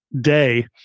day